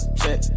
check